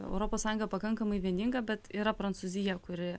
europos sąjunga pakankamai vieninga bet yra prancūzija kuri